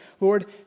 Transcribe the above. Lord